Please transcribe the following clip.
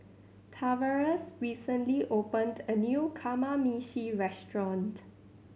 Tavares recently opened a new Kamameshi Restaurant